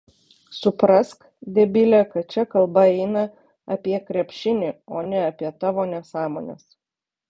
suprask debile kad čia kalba eina apie krepšinį o ne apie tavo nesąmones